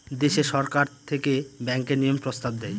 দেশে সরকার থেকে ব্যাঙ্কের নিয়ম প্রস্তাব দেয়